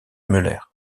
müller